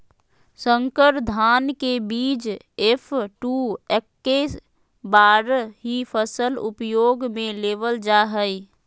संकर धान के बीज एफ.टू एक्के बार ही फसल उपयोग में लेवल जा हइ